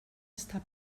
està